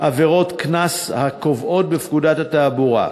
עבירות קנס הקבועות בפקודת התעבורה.